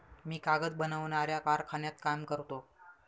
मी कागद बनवणाऱ्या कारखान्यात काम करतो